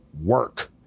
work